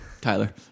Tyler